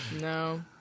no